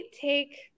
take